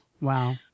Wow